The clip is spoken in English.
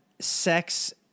sex